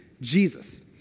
Jesus